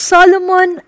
Solomon